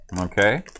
Okay